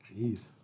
Jeez